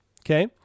okay